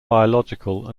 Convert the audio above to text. biological